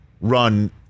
run